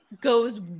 goes